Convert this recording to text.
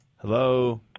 Hello